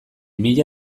mila